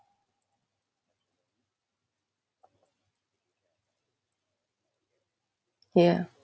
ya